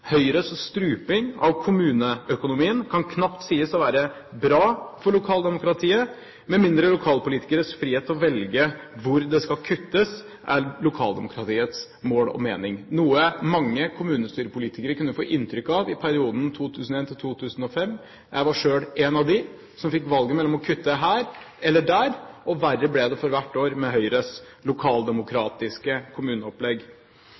Høyres struping av kommuneøkonomien kan knapt sies å være bra for lokaldemokratiet, med mindre lokalpolitikernes frihet til å velge hvor det skal kuttes, er demokratiets mål og mening, noe mange kommunestyrepolitikere kunne få inntrykk av i perioden 2001–2005. Jeg var selv en av dem som fikk valget mellom å kutte her eller der, og verre ble det for hvert år med Høyres lokaldemokratiske kommuneopplegg.